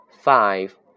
five